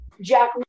Jack